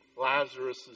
Lazarus